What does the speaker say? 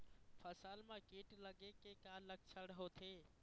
फसल म कीट लगे के का लक्षण होथे?